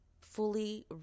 fully